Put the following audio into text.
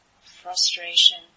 frustration